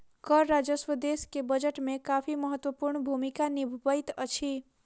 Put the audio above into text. कर राजस्व देश के बजट में काफी महत्वपूर्ण भूमिका निभबैत अछि